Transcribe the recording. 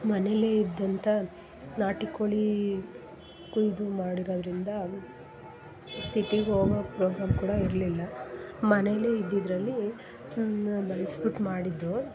ಮನೆಲ್ಲೇ ಇದ್ದಂಥ ನಾಟಿ ಕೋಳಿ ಕೊಯ್ದು ಮಾಡಿರೋದರಿಂದ ಸಿಟಿಗೆ ಹೋಗೋ ಪ್ರೋಗ್ರಾಮ್ ಕೂಡ ಇರಲಿಲ್ಲ ಮನೆಲ್ಲೇ ಇದ್ದಿದ್ದರಲ್ಲಿ ಬಳಸ್ಬಿಟ್ಟು ಮಾಡಿದ್ದು